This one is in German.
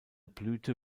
blüte